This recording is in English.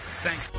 thank